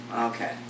Okay